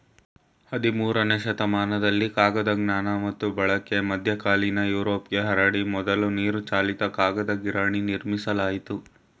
ಹದಿಮೂರನೇ ಶತಮಾನದಲ್ಲಿ ಕಾಗದ ಜ್ಞಾನ ಮತ್ತು ಬಳಕೆ ಮಧ್ಯಕಾಲೀನ ಯುರೋಪ್ಗೆ ಹರಡಿ ಮೊದಲ ನೀರುಚಾಲಿತ ಕಾಗದ ಗಿರಣಿ ನಿರ್ಮಿಸಲಾಯಿತು